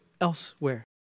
elsewhere